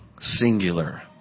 singular